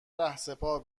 رهسپار